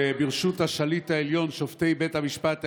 וברשות השליט העליון שופטי בית המשפט העליון,